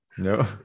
No